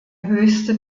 höchste